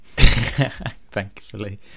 thankfully